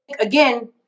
again